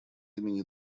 имени